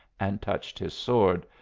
and touched his sword.